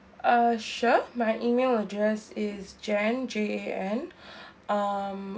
uh sure my email address is jan J A N um